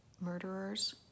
murderers